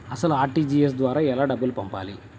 అసలు అర్.టీ.జీ.ఎస్ ద్వారా ఎలా డబ్బులు పంపాలి?